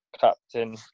Captain